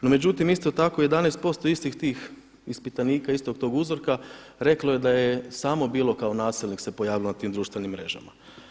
No međutim, isto tako 11% istih tih ispitanika istog tog uzorka reklo je da je samo bilo kao nasilnik se pojavilo na tim društvenim mrežama.